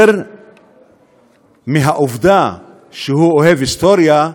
יותר מהעובדה שהוא אוהב היסטוריה,